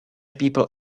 people